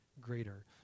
greater